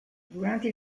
durante